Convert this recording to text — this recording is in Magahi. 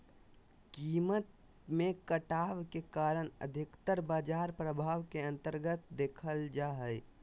कीमत मे घटाव के कारण अधिकतर बाजार प्रभाव के अन्तर्गत देखल जा हय